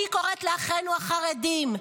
אני קוראת לאחינו החרדים: